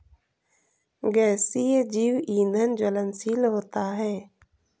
गैसीय जैव ईंधन ज्वलनशील होता है